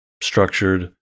structured